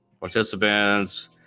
Participants